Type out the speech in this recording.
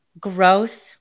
growth